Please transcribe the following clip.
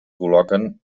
col·loquen